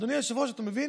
אדוני היושב-ראש, אתה מבין?